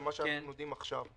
למה שאנחנו יודעים עכשיו.